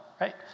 right